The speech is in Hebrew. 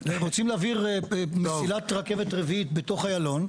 רוצים להעביר מסילת רכבת רביעית בתוך איילון.